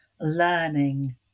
learning